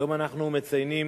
היום אנחנו מציינים